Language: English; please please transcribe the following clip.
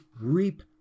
reap